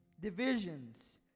divisions